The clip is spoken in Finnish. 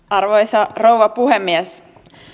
arvoisa rouva puhemies olen